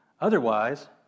Otherwise